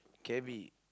K B